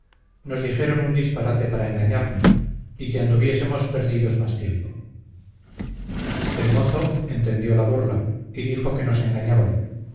nos dijeron un disparate para engañarnos y que anduviésemos perdidos más tiempo el mozo entendió la burla y dijo que nos engañaban